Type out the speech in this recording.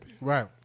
Right